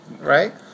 right